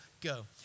go